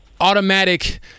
automatic